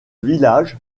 village